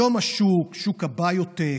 היום השוק, שוק הביו-טק,